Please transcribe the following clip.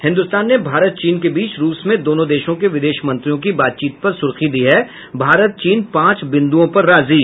हिन्दुस्तान ने भारत चीन के बीच रूस में दोनों देशों के विदेश मंत्रियों की बातचीत पर सुर्खी दी है भारत चीन पांच बिंदुओं पर राजी